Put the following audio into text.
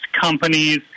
companies